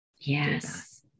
Yes